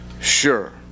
sure